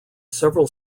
several